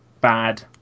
bad